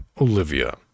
olivia